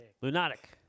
Lunatic